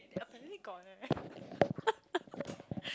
I don't think got eh